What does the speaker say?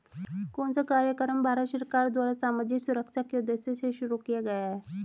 कौन सा कार्यक्रम भारत सरकार द्वारा सामाजिक सुरक्षा के उद्देश्य से शुरू किया गया है?